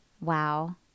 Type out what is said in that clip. Wow